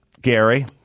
Gary